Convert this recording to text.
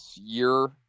year